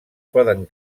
poden